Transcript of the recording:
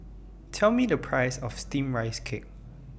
Tell Me The priceS of Steamed Rice Cake